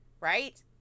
right